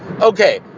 Okay